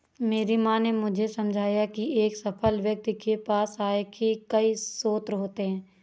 मेरी माँ ने मुझे समझाया की एक सफल व्यक्ति के पास आय के कई स्रोत होते हैं